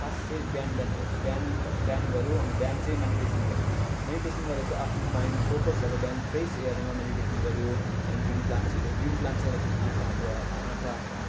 खास चाहिँ बिहान बिहान बिहान बिहान गऱ्यो अन्त बिहान चाहिँ मेडिटेसन गर्यो मेडिटेसन गर्दा चाहिँ आफ्नो माइन्ड फोकस अब बिहान फ्रेस एयरमा मेडिटेसन गर्यो त्यहाँदेखि ग्रिन प्लान्टस् हेऱ्यो ग्रिन प्लान्टस् हेर्दाखेरि आँखा हाम्रो आँखा